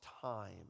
time